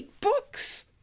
books